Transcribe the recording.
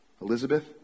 Elizabeth